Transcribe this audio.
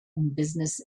business